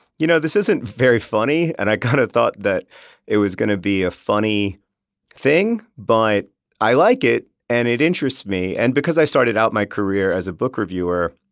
you know this isn't very funny, and i kind of thought that it was going to be a funny thing, but i like it and it interests me. and because i started out my career as a book reviewer,